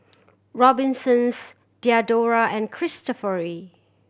Robinsons Diadora and Cristofori